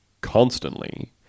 constantly